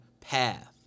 path